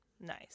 Nice